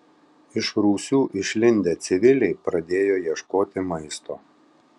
iš rūsių išlindę civiliai pradėjo ieškoti maisto